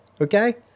Okay